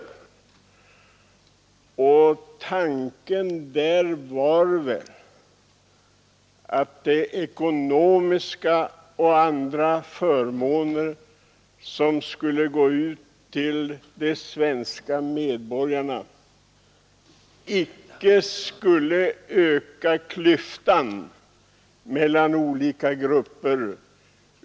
Tanken var väl att ekonomiska och andra förmåner som skulle gå ut till de svenska medborgarna icke skulle öka klyftan mellan olika grupper.